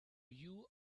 you